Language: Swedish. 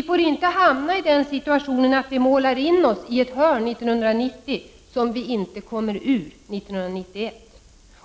Vi får inte hamna i den situationen att vi målar in oss i ett hörn 1990, som vi inte kommer ur 1991.